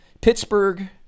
Pittsburgh